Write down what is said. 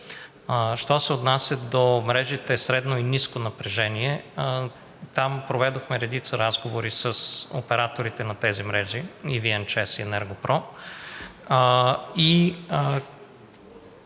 Що се отнася до мрежите средно и ниско напрежение, там проведохме редица разговори с операторите на тези мрежи – ЕVN, ЧЕЗ и „Енерго-Про“,